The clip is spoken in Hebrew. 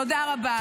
תודה רבה.